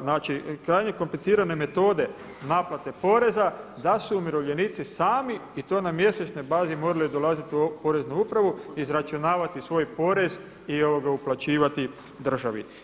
znači krajnje komplicirane metode naplate poreza da su umirovljenici sami i to na mjesečnoj bazi morali dolaziti u Poreznu upravu, izračunavati svoj porez i uplaćivati državi.